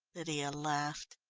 lydia laughed.